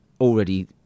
Already